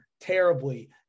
terribly